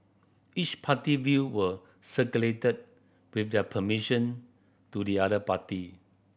each party view were circulated with their permission to the other party